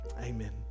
Amen